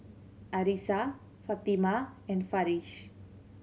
Arissa Fatimah and Farish